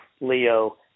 Leo